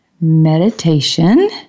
meditation